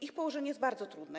Ich położenie jest bardzo trudne.